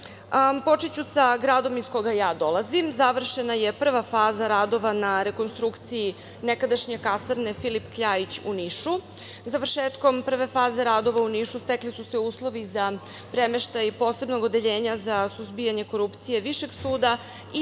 sa gradom iz koga ja dolazim. Završena je prva faza radova na rekonstrukciji nekadašnje kasarne „Filip Kljajić“ u Nišu. Završetkom prve faze radova u Nišu, stekli su se uslovi za premeštaj Posebnog odeljenja za suzbijanje korupcije Višeg suda